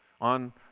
on